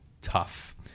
tough